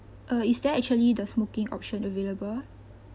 uh is there actually the smoking option available